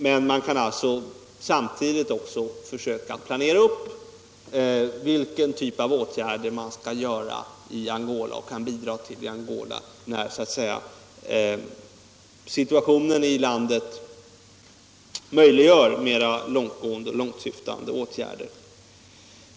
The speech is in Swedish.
Men man kan samtidigt försöka planera och bestämma vilken typ av åtgärder man skall bidra med i Angola när situationen i landet möjliggör mera långtgående och långtsyftande åtgärder.